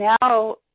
now